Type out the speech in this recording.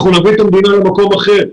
אנחנו נביא את המדינה למקום אחר.